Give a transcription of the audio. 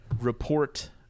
report